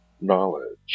knowledge